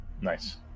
nice